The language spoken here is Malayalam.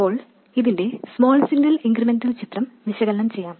ഇപ്പോൾ ഇതിന്റെ സ്മോൾ സിഗ്നൽ ഇൻക്രിമെന്റൽ ചിത്രം വിശകലനം ചെയ്യാം